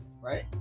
right